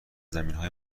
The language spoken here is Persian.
زمینهای